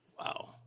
wow